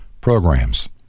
programs